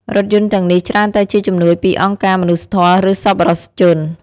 រថយន្តទាំងនេះច្រើនតែជាជំនួយពីអង្គការមនុស្សធម៌ឬសប្បុរសជន។